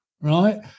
Right